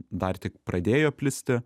dar tik pradėjo plisti